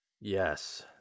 Yes